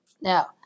Now